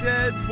Dead